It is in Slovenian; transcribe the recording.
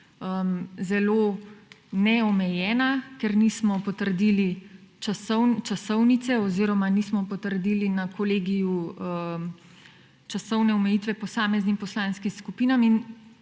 zelo neomejena, ker nismo potrdili časovnice oziroma nismo potrdili na kolegiju časovne omejitve posameznim poslanskim skupinam in